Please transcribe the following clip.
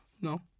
No